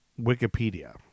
Wikipedia